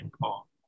Paul